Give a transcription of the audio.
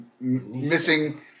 missing